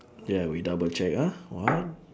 ya we double check ah one